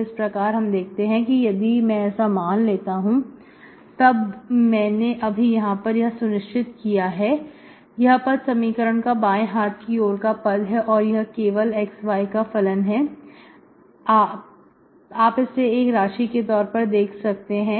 इस प्रकार आप देखते हैं कि यदि मैं ऐसा मान लेता हूं तब मैंने अभी यहां पर यह सुनिश्चित किया है यह पद समीकरण का बाएं हाथ की ओर का पद है और यह केवल xy का फलन है आपसे एक राशि के तौर पर देख सकते हैं